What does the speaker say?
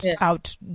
out